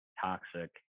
toxic